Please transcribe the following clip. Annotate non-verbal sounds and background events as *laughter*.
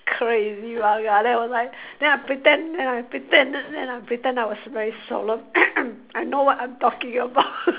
crazy right then I was like then I pretend then I pretend then I pretend I was very solemn *coughs* I know what I'm talking about *laughs*